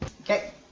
Okay